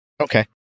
Okay